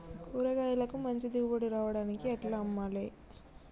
కూరగాయలకు మంచి దిగుబడి రావడానికి ఎట్ల అమ్మాలే?